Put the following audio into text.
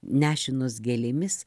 nešinos gėlėmis